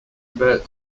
about